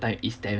like it's damm